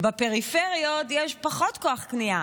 בפריפריות יש פחות כוח קנייה.